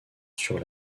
sur